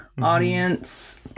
audience